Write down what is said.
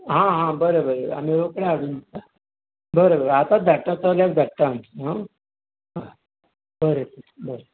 आं आं बरें आमी रोकडे हाडून दिता बरें बरें आताच धाडटा चल्याक धाडटा आं बरें बरें